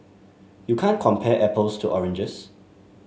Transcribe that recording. you can't compare apples to oranges